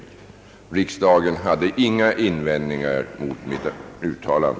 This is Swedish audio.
Riksdagen hade inga invändningar mot mitt uttalande.